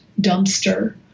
dumpster